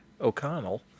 O'Connell